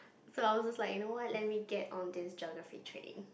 so I was just like you know what let me get on this Geography training